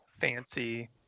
Fancy